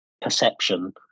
perception